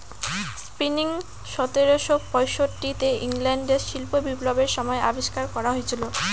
spinning সতেরোশো পয়ষট্টি তে ইংল্যান্ডে শিল্প বিপ্লবের সময় আবিষ্কার করা হয়েছিল